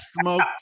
smoked